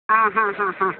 ಹಾಂ ಹಾಂ ಹಾಂ ಹಾಂ